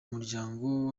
muryango